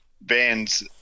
bands